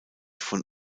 vom